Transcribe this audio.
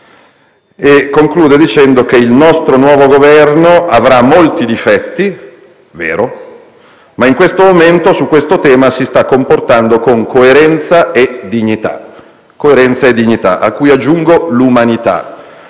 e conclude ricordando che il nostro nuovo Governo «avrà molti difetti» - vero - ma in questo momento, su questo tema, «si sta comportando con coerenza e dignità», alle quali aggiungo l'umanità.